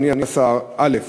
אדוני השר: א.